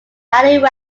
halliwell